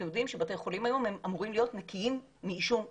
אתם יודעים שבתי-חולים היום אמורים להיות נקיים מעישון בכלל.